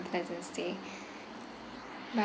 ~pleasant stay